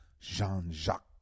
Jean-Jacques